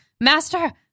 Master